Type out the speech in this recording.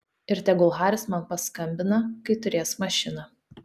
ir tegul haris man paskambina kai turės mašiną